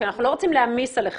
כי אנחנו לא רוצים להעמיס עליכם,